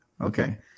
Okay